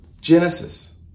Genesis